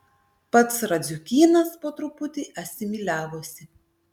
pats radziukynas po truputį asimiliavosi